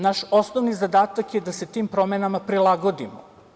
Naš osnovni zadatak je da se tim promenama prilagodimo.